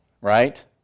right